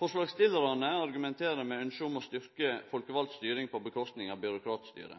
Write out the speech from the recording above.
Forslagsstillarane argumenterer med ynsket om å styrkje folkevald styring på kostnad av byråkratstyre.